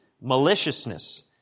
maliciousness